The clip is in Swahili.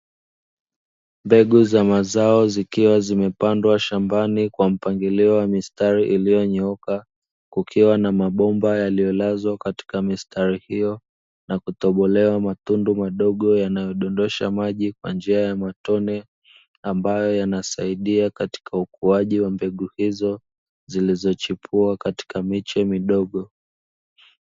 Mbegu za mazao zikiwa zimepandwa shambani kwa mpangilio wa mistari iliyonyooka kukiwa na mabomba yaliyolazwa katika mistari hiyo na kutobolewa matundu madogo yanayodondosha maji kwa njia ya matone, ambayo yanasaidia katika ukuaji wa mbegu hizo zilizochipua katika miche midogo.